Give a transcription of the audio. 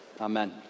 Amen